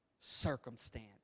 circumstance